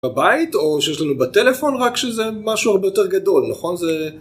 בבית או שיש לנו בטלפון רק שזה משהו הרבה יותר גדול נכון זה.